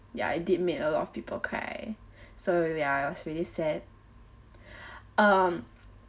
ya I did make a lot of people cry so ya it was really sad um